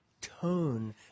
tone